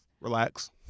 Relax